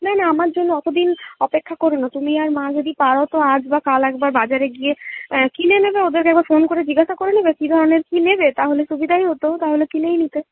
না না আমার জন্যে অতদিন অপেক্ষা কোরো না তুমি আর মা যদি পারো তো আজ বা কাল একবার বাজারে গিয়ে কিনে নেবে ওদেরকে একবার ফোন করে জিজ্ঞাসা করে নেবে কী ধরনের কী নেবে তাহলে সুবিধাই হতো তাহলে কিনেই নিতে